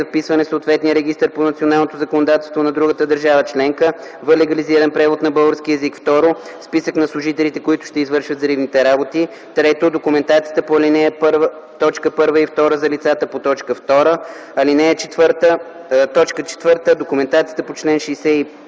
за вписване в съответния регистър по националното законодателство на другата държава членка – в легализиран превод на български език; 2. списък на служителите, които ще извършват взривните работи; 3. документацията по ал. 1, т. 1 и 2 за лицата по т. 2; 4. документацията по чл. 61,